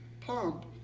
pump